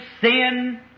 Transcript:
sin